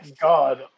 God